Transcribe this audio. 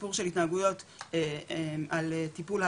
הסיפור של התנהגויות על טיפול,